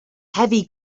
heavy